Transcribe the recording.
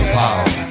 power